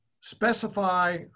specify